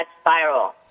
spiral